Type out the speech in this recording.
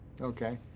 Okay